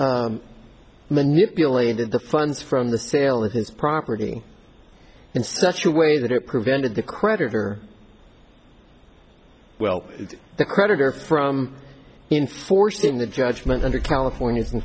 s manipulated the funds from the sale of this property in such a way that it prevented the creditor well the creditor from enforcing the judgment under california